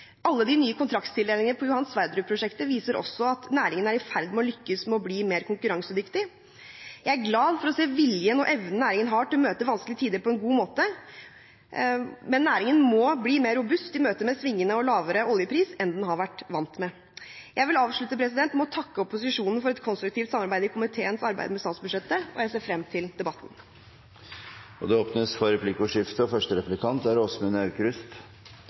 Alle de nye kontraktstildelingene på Johan Sverdrup-prosjektet viser også at næringen er i ferd med å lykkes med å bli mer konkurransedyktig. Jeg er glad for å se viljen og evnen næringen har til å møte vanskelige tider på en god måte, men næringen må bli mer robust i møte med svingende og lavere oljepris enn den har vært vant med. Jeg vil avslutte med å takke opposisjonen for et konstruktivt samarbeid i komiteens arbeid med statsbudsjettet, og jeg ser frem til debatten. Det blir replikkordskifte.